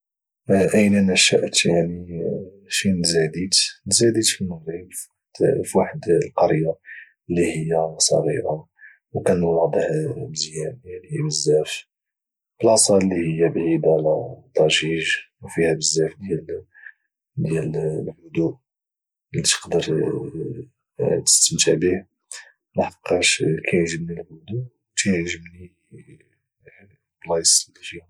اين نشات يعني فين تزاديت تزاديت في المغرب في واحد القريه اللي هي صغيره وكان الوضع مزيان يعني بزاف بلاصة اللي هي بعيدة على الضجيج وفيها بزاف ديال الهدوء اللي تقدر تستمتع به لحقاش كيعجبني الهدوء وتيعجبني البلايص اللي فيها الهدوء